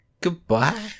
Goodbye